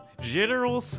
General